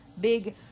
big